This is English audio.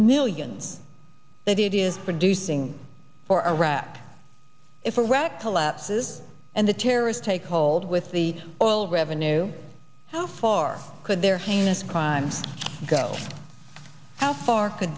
millions that it is producing for iraq if a rat collapses and the terrorist take hold with the oil revenue how far could their hands crimes go how far c